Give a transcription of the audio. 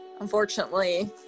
unfortunately